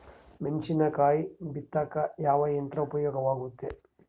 ಮೆಣಸಿನಕಾಯಿ ಬಿತ್ತಾಕ ಯಾವ ಯಂತ್ರ ಉಪಯೋಗವಾಗುತ್ತೆ?